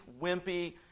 wimpy